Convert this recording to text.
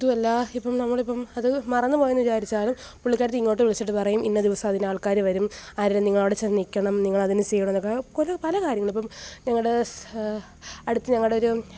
അതുമല്ല ഇപ്പം നമ്മൾ ഇപ്പം അത് മറന്ന് പോയെന്ന് വിചാരിച്ചാലും പുള്ളിക്കാരത്തി ഇങ്ങോട്ട് വിളിച്ചിട്ട് പറയും ഇന്ന ദിവസം അതിനാൾക്കാർ വരും ആരേലും നിങ്ങൾ അവിടെച്ചെന്ന് നിൽക്കണം നിങ്ങൾ അതിന് ചെയ്യണതൊക്കെ കുറെ പല കാര്യങ്ങളും ഇപ്പം ഞങ്ങളുടെ സ് അടുത്ത് ഞങ്ങടെയൊരു